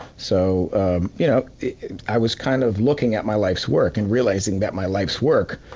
so ah you know i was kind of looking at my life's work and realizing that my life's work,